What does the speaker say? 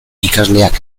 ikasleak